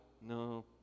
No